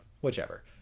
whichever